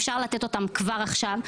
אפשר לתת אותם כבר עכשיו.